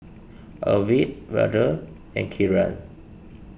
Arvind Vedre and Kiran